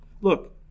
Look